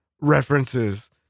references